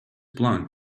plank